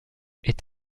est